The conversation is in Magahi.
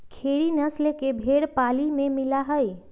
खेरी नस्ल के भेंड़ पाली में मिला हई